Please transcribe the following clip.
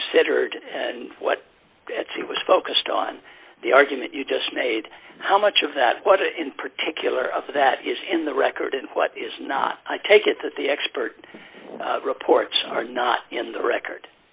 considered what he was focused on the argument you just made how much of that what in particular of that is in the record and what is not i take it that the expert reports are not in the record